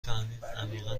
فهمید